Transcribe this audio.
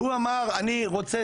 הוא אמר אני רוצה